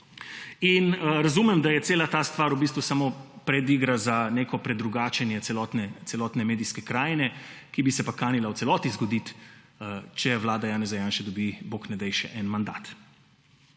Razumem, da je cela ta stvar v bistvu samo predigra za neko predrugačenje celotne medijske krajine, ki bi se pa kanila v celoti zgoditi, če vlada Janeza Janše dobi, bog ne daj, še en mandat.